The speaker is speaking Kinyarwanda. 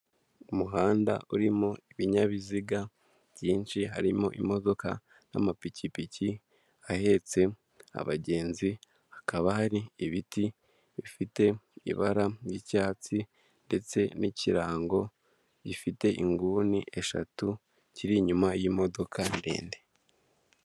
Umuhanda urimo ibinyabiziga byinshi harimo imodoka n'amapikipiki ahetse abagenzi, hakaba hari ibiti bifite ibara ry'icyatsi, ndetse n'ikirango gifite inguni eshatu kiri inyuma y'imodoka ndende.